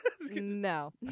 No